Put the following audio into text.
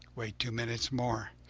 wait two minutes more.